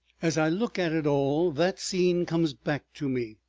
as i look at it all that scene comes back to me,